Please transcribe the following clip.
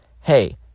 hey